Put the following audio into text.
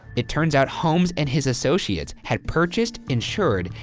it turns out holmes and his associates had purchased, insured,